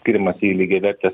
skiriamas į lygiavertes